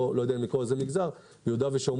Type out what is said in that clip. לא יודע אם לקרוא לזה מגזר זה יהודה ושומרון,